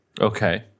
Okay